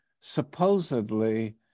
supposedly